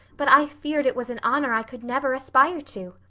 but i feared it was an honor i could never aspire to.